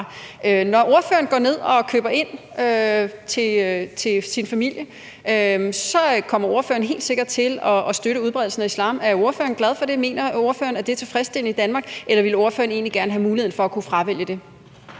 Når ordføreren går ned og køber ind til sin familie, kommer ordføreren helt sikkert til at støtte udbredelsen af islam. Er ordføreren glad for det? Mener ordføreren, at det er tilfredsstillende i Danmark? Eller vil ordføreren egentlig gerne have mulighed for at kunne fravælge det?